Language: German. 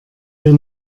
wir